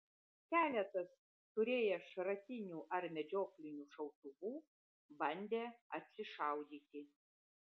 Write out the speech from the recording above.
keletas turėję šratinių ar medžioklinių šautuvų bandė atsišaudyti